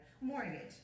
mortgage